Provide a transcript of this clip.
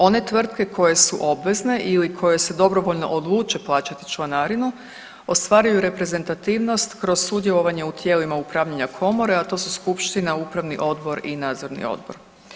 One tvrtke koje su obvezne ili koje se dobrovoljo odluče plaćati članarinu ostvaruju reprezentativnost kroz sudjelovanje u tijelima upravljanja komore, a to su skupština, upravni odbor i nadzorni odbor.